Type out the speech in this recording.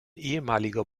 ehemaliger